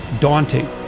daunting